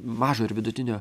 mažo ir vidutinio